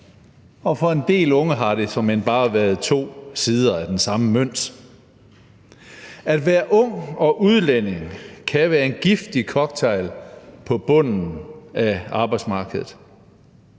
og for en del unge har det såmænd bare været to sider af den samme mønt. At være ung og udlænding kan være en giftig cocktail på bunden af arbejdsmarkedet.